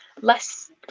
less